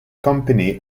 company